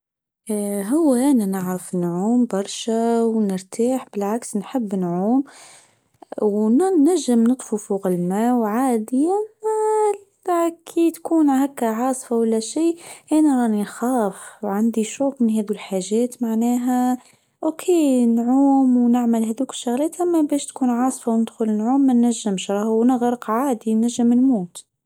هو انا نعرف نعوم برشا ونرتاح بالعكس نحب نعوم. وننجم نطفو فوق الماء وعاديه. تكون هكا عاصفه ولا شيء انا راني اخاف وعندي شوق من هذول حاجات معناها اوكي نعوم ونعمل هذوك الشغلات اما بش تكونوا عاصفه وندخل نعوم ونغرق عادي نوم.